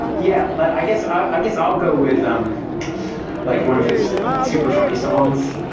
yeah yeah, like i guess. i guess i'll go with them like one of his super funny songs.